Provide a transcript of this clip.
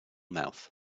mouth